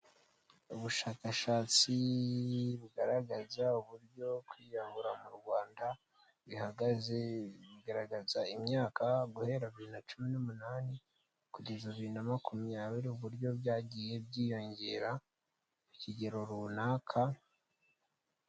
Ubushakashatsi bugaragaza uburyo kwiyahura mu Rwanda bihagaze, bigaragaza imyaka guhera bibiri na cumi n'umunani kugeza bibiri na makumyabiri, uburyo byagiye byiyongera ku kigero runaka.